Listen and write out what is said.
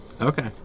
Okay